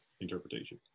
interpretation